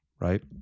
right